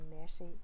mercy